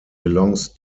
belongs